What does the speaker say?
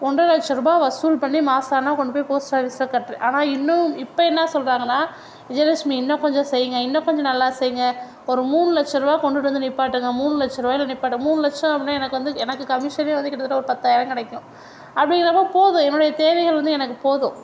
ஒன்னற லட்சரூவா வசூல் பண்ணி மாதம் ஆனால் கொண்டு போய் போஸ்ட் ஆஃபீஸில் கட்டுறேன் ஆனால் இன்னமும் இப்போ என்ன சொல்லுறாங்கன்னா விஜயலட்சுமி இன்னும் கொஞ்ச செய்ங்க இன்னும் கொஞ்ச நல்லா செய்ங்க ஒரு மூணு லட்சரூவா கொண்டுகிட்டு வந்து நிப்பாட்டுங்க மூணு லட்சரூவாயில் நிப்பாட்டு மூணு லட்சம் அப்படினா எனக்கு வந்து எனக்கு கமிஷனே வந்து கிட்டத்தட்ட ஒரு பத்தாயிரம் கிடைக்கும் அடிங்குறப்போ போதும் என்னோட தேவைகள் வந்து எனக்கு போதும்